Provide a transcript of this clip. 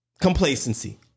Complacency